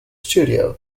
studio